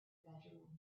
bedroom